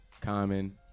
Common